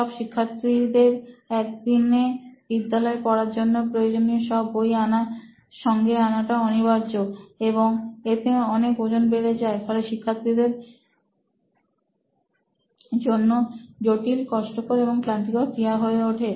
সব শিক্ষার্থীদের একদিনে বিদ্যালয় পড়ার জন্য প্রয়োজনীয় সব বই সঙ্গে আনাটা অনিবার্য এবং এতে অনেক ওজন বেড়ে যায় ফলে শিক্ষার্থীদের জনতা জটিল কষ্টকর এবং ক্লান্তিকর ক্রিয়া হয়ে ওঠে